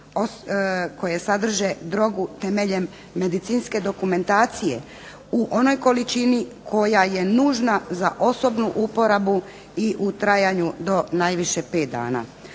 koje sadrže drogu temeljem medicinske dokumentacije u onoj količini koja je nužna za osobnu uporabu i u trajanju do najviše pet dana.